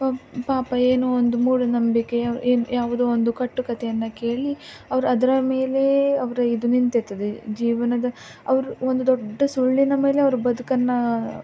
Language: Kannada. ಪಾಪ ಏನು ಒಂದು ಮೂಢನಂಬಿಕೆಯೋ ಏನು ಯಾವುದೋ ಒಂದು ಕಟ್ಟು ಕತೆಯನ್ನು ಕೇಳಿ ಅವ್ರು ಅದರ ಮೇಲೆಯೇ ಅವರ ಇದು ನಿಂತಿರ್ತದೆ ಜೀವನದ ಅವ್ರ ಒಂದು ದೊಡ್ಡ ಸುಳ್ಳಿನ ಮೇಲೆ ಅವ್ರ ಬದುಕನ್ನು